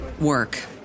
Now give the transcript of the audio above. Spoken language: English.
work